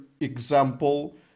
example